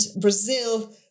Brazil